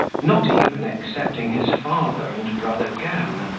not even excepting his father and brother gam,